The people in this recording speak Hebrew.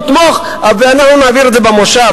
נתמוך ואנחנו נעביר את זה במושב,